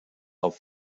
auf